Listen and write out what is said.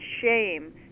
shame